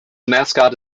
mascot